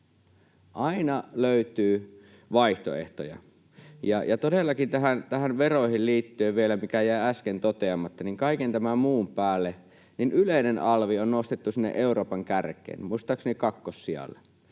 Aina löytyy vaihtoehtoja. Todellakin näihin veroihin liittyen vielä, mikä jäi äsken toteamatta: Kaiken tämän muun päälle yleinen alv on nostettu sinne Euroopan kärkeen, muistaakseni kakkossijalle,